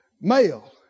male